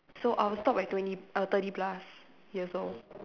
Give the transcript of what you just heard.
so I will stop at twenty err thirty plus years old